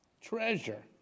treasure